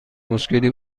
مشکلی